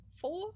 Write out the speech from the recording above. four